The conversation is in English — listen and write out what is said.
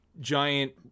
giant